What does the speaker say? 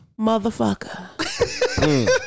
Motherfucker